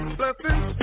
blessings